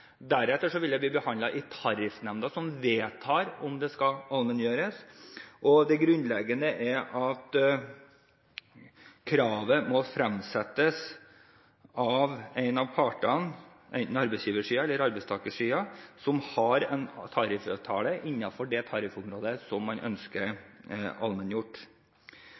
Det grunnleggende er at kravet må fremsettes av én av partene, enten arbeidsgiversiden eller arbeidstakersiden, som har en tariffavtale innenfor det tariffområdet som man ønsker allmenngjort.